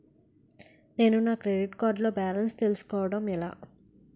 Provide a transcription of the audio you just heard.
నేను నా credit card లో బాలన్స్ తెలుసుకోవడం ఎలా?